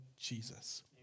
Jesus